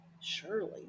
Surely